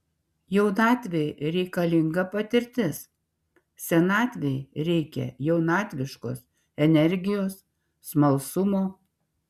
jaunatvei reikalinga patirtis senatvei reikia jaunatviškos energijos smalsumo